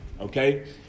okay